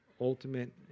ultimate